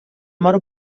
moro